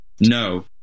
No